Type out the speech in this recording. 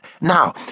Now